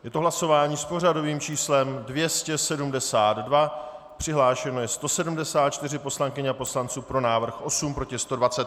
Je to hlasování s pořadovým číslem 272, přihlášeno je 174 poslankyň a poslanců, pro návrh 8, proti 120.